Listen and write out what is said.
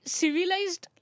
civilized